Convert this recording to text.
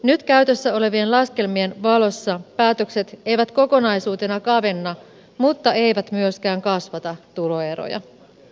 nyt käytössä olevien laskelmien valossa päätökset eivät kokonaisuutena kavenna mutteivät myöskään kasvata tuloeroja